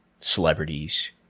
celebrities